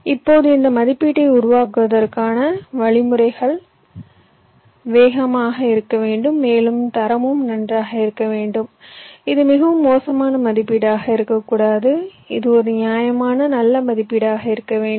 இப்போது இந்த மதிப்பீட்டை உருவாக்குவதற்கான வழிமுறை வேகமாக இருக்க வேண்டும் மேலும் தரமும் நன்றாக இருக்க வேண்டும் இது மிகவும் மோசமான மதிப்பீடாக இருக்கக்கூடாது இது ஒரு நியாயமான நல்ல மதிப்பீடாக இருக்க வேண்டும்